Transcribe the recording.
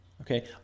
Okay